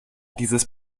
dieses